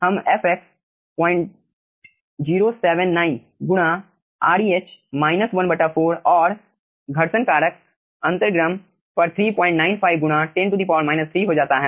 हम fx 079 गुणा Reh 14 और घर्षण कारक अंतर्गम पर 395 गुणा 10 3 हो जाता है